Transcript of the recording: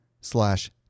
slash